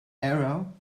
arrow